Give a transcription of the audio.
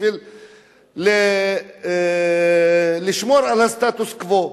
בשביל לשמור על הסטטוס-קוו.